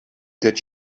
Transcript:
that